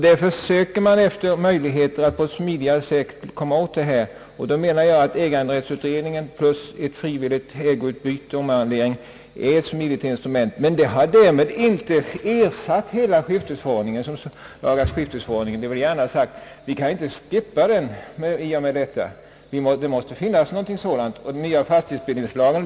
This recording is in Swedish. Därför söker man efter möjligheter till ett smidigare förfarande. Äganderättsutredningen plus ett frivilligt ägoutbyte och omarrondering är enligt min mening ett smidigt instrument, men därmed har man inte ersatt hela lagaskiftesförordningen, det vill jag gärna ha sagt; vi kan inte slopa den i och med detta. Vi väntar med intresse på den nya fastighetsbildningslagen.